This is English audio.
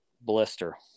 blister